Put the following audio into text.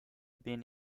been